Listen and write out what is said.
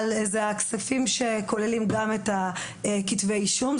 אבל הכספים שכוללים גם את כתבי האישום,